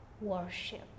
worship